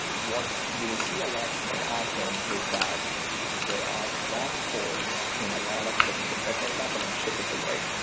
what you will see a lot more often is that there are long poles in a lot of different things. like for example, in shippable rate.